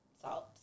salt